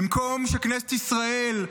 במקום שכנסת ישראל,